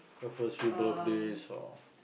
your first few birthdays or